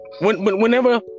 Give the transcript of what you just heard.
whenever